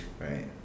right